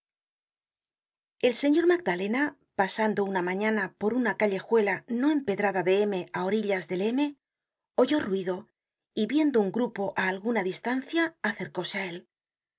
el señor magdalena pasando una mañana por una callejuela no empedrada de m á orillas del m oyó ruido y viendo un grupo á alguna distancia acercóse á él